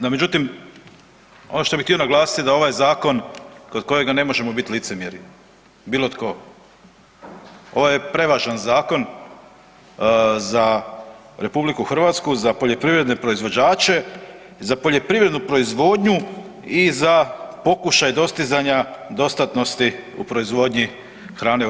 No međutim, ono što bih htio naglasit da ovaj zakon kod kojega ne možemo bit licemjeri bilo tko, ovo je prevažan zakon za RH, za poljoprivredne proizvođače i za poljoprivrednu proizvodnju i za pokušaj dostizanja dostatnosti u proizvodnji hrane u RH.